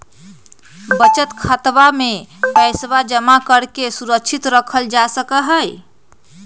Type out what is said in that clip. बचत खातवा में पैसवा जमा करके सुरक्षित रखल जा सका हई